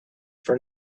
for